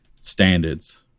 standards